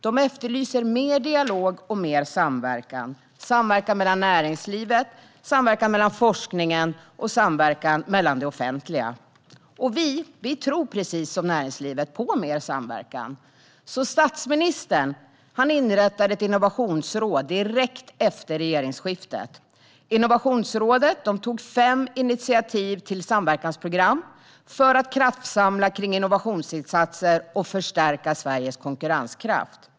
De efterlyser mer dialog och mer samverkan mellan näringslivet, forskningen och det offentliga. Vi tror precis som näringslivet på mer samverkan. Därför inrättade statsministern ett innovationsråd direkt efter regeringsskiftet. Innovationsrådet tog fem initiativ till samverkansprogram för att kraftsamla kring innovationsinsatser och förstärka Sveriges konkurrenskraft.